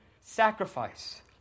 sacrifice